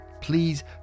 Please